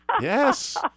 Yes